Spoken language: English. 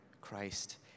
Christ